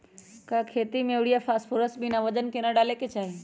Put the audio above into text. का खेती में यूरिया फास्फोरस बिना वजन के न डाले के चाहि?